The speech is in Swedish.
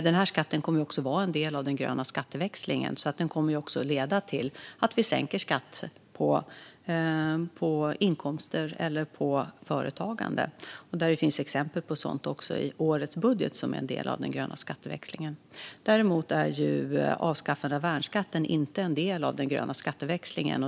Denna skatt kommer att vara en del av den gröna skatteväxlingen, så den kommer också att leda till att vi sänker skatt på inkomster eller på företagande. Det finns exempel på sådant också i årets budget, som är en del av den gröna skatteväxlingen. Däremot är avskaffandet av värnskatten inte en del av den gröna skatteväxlingen.